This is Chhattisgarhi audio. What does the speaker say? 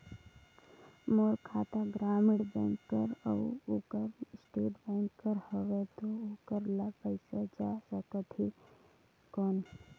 मोर खाता ग्रामीण बैंक कर अउ ओकर स्टेट बैंक कर हावेय तो ओकर ला पइसा जा सकत हे कौन?